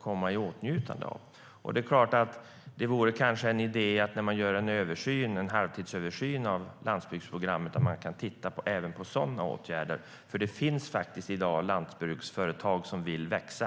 komma i åtnjutande av. När man gör en halvtidsöversyn av landsbygdsprogrammet vore det kanske idé att även titta på sådana åtgärder. Det finns i dag lantbruksföretag som vill växa.